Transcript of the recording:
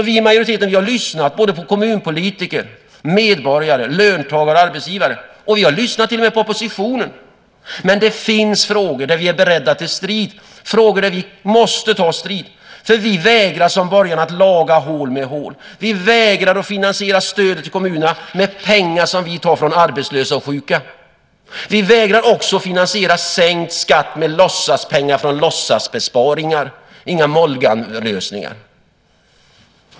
Vi i majoriteten har lyssnat på kommunpolitiker, medborgare, löntagare och arbetsgivare. Vi har till och med lyssnat på oppositionen. Men det finns frågor där vi är beredda på strid, frågor där vi måste ta strid eftersom vi vägrar att göra som borgarna, nämligen att laga hål med hål. Vi vägrar att finansiera stödet till kommunerna med pengar som vi tar från arbetslösa och sjuka. Vi vägrar också att finansiera sänkt skatt med låtsaspengar från låtsasbesparingar - inga Mållganlösningar.